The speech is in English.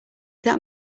that